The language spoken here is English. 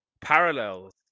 parallels